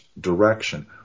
direction